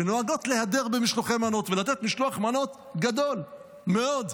שנוהגות להדר במשלוחי מנות ולתת משלוח מנות גדול מאוד.